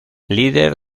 líder